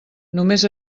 només